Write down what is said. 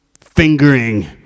fingering